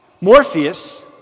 Morpheus